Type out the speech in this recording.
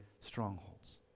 strongholds